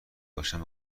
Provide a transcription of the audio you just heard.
گذاشتن